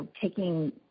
taking